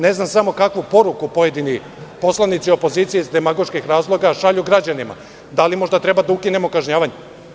Ne znam kakvu poruku pojedini poslanici opozicije iz demagoških razloga šalju građanima, da li možda treba da ukinemo kažnjavanje?